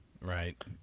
Right